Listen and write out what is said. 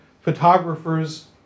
photographers